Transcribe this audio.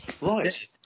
Right